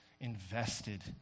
invested